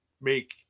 make